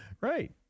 Right